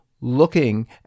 looking